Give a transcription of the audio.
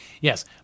Yes